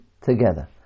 together